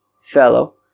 fellow